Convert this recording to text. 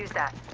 that